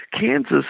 Kansas